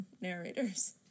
narrators